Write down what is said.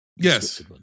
yes